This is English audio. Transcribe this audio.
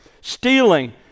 stealing